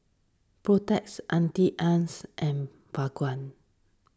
Protex Auntie Anne's and Bawang